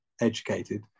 educated